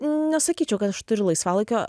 nesakyčiau kad aš turiu laisvalaikio